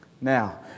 Now